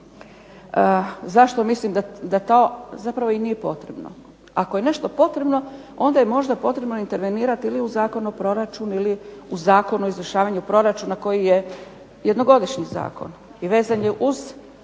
zašto mislim da to zapravo i nije potrebno. Ako je nešto potrebno onda je možda potrebno intervenirati ili u Zakon o proračunu ili u Zakonu o izvršavanju proračuna koji je jednogodišnji zakon i vezan je uz kao